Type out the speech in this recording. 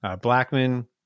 Blackman